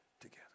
together